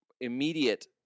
immediate